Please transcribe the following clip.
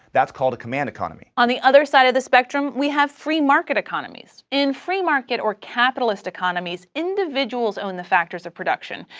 that's called a command economy. adriene on the other side of the spectrum, we have free market economies. in free market or capitalist economies, individuals own the factors of production,